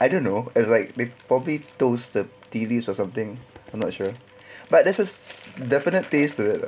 I don't know it's like probably toasted tea leaves or something not sure but there's a definite taste to it ah